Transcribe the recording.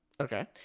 Okay